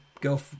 girl